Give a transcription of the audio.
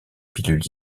pilule